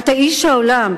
אתה איש העולם,